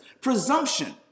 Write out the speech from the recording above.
presumption